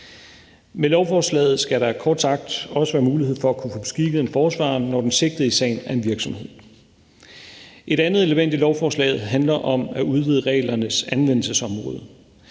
Med lovforslaget skal der kort sagt også være mulighed for at kunne få beskikket en forsvarer, når den sigtede i sagen er en virksomhed. Et andet element i lovforslaget handler om at udvide reglernes anvendelsesområde.